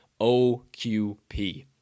oqp